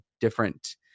different